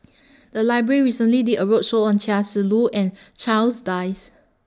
The Library recently did A roadshow on Chia Shi Lu and Charles Dyce